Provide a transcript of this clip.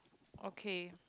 okay